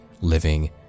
living